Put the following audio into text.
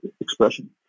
expression